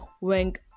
wink